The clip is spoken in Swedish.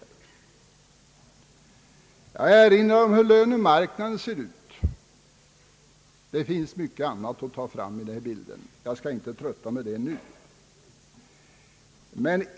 Jag erinrar om hur det ser ut på lönemarknaden. Det finns även mycket annat som kunde tas fram i bilden, men jag skall inte trötta kammaren med det nu.